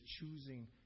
choosing